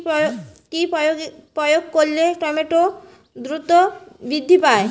কি প্রয়োগ করলে টমেটো দ্রুত বৃদ্ধি পায়?